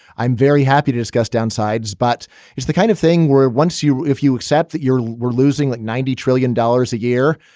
i'm very happy to discuss downsides. but it's the kind of thing where once you if you accept that you're losing like ninety trillion dollars a year,